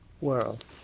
World